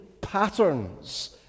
patterns